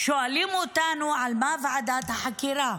שואלים אותנו: על מה ועדת החקירה?